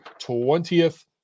20th